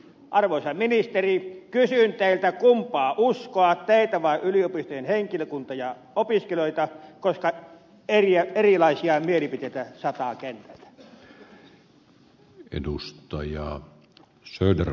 arvoisa ministeri kysyn teiltä kumpaa uskoa teitä vai yliopistojen henkilökuntaa ja opiskelijoita koska erilaisia mielipiteitä sataa kentältä